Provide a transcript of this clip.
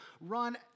run